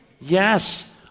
Yes